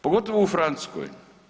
Pogotovo u Francuskoj.